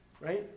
Right